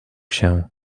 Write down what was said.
się